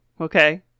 okay